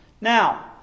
Now